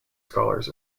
scholars